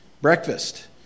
breakfast